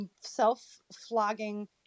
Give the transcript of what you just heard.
self-flogging